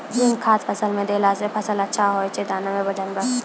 zinc खाद फ़सल मे देला से फ़सल अच्छा होय छै दाना मे वजन ब